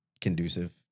conducive